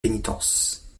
pénitences